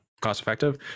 cost-effective